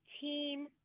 Team